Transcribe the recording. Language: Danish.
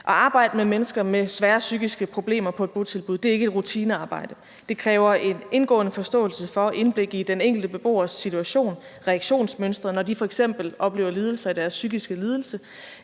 At arbejde med mennesker med svære psykiske problemer på et botilbud er ikke et rutinearbejde. Det kræver en indgående forståelse for og indblik i den enkelte beboers situation og reaktionsmønstre, når de f.eks. oplever lidelse som følge af deres psykiske lidelse